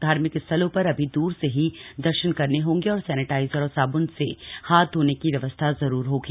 धार्मिक स्थलों पर अभी दूर से ही दर्शन करने होंगे और सैनिटाइजर और साब्न से हाथ धोने की व्यवस्था जरूरी होगी